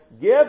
Give